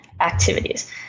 activities